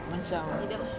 macam